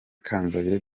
kanzayire